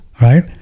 right